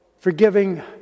forgiving